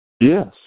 Yes